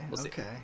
okay